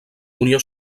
unió